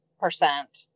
percent